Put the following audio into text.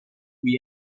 cui